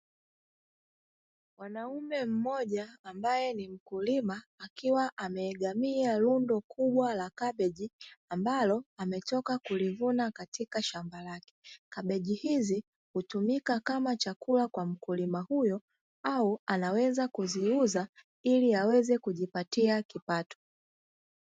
mwanaume mmoja ambaye ni mkulima, akiwa ameegemea rundo kubwa la kabeji ambalo ametoka kulivuna katika shamba lake. Kabeji hizi hutumika kama chakula kwa mkulima huyu au anaweza kuziuza ili aweze kujipatia kipato.